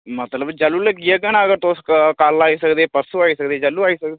मतलब जैह्लूं लग्गी जाह्गा ना अगर तुस कल्ल आई सकदे परसूं आई सकदे जैह्लूं आई सकदे